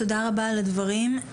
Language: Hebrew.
תודה רבה על הדברים.